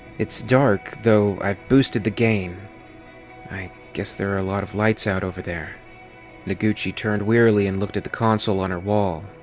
it's dark, though i've boosted the gain-i guess there are a lot of lights out over there noguchi turned wearily and looked at the console on her wall,